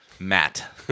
Matt